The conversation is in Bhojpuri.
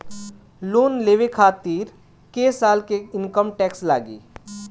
लोन लेवे खातिर कै साल के इनकम टैक्स लागी?